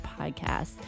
podcast